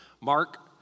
Mark